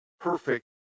perfect